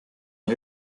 und